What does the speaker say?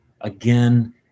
again